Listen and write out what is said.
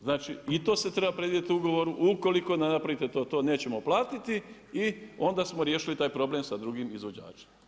Znači i to se treba predvidjeti u ugovoru, ukoliko ne napravite to, to nećemo platiti i onda smo riješili taj problem sa drugim izvođačima.